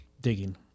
digging